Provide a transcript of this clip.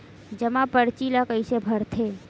जमा परची ल कइसे भरथे?